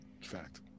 fact